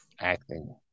Acting